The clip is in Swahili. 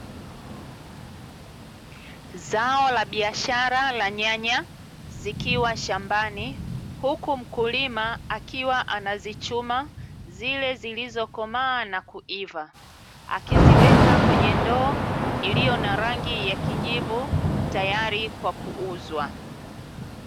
Zao la biashara la nyanya zikiwa shambani huku mkulima akiwa anazichuma zile zilizokomaa na kuiva akiziweka kwenye ndoo iliyo na rangi ya kijivu tayari kwa kuuzwa.